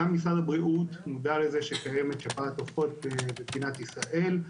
גם משרד הבריאות מודע לזה שקיימת שפעת עופות במדינת ישראל.